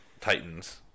Titans